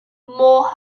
more